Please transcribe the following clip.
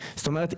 זאת אומרת,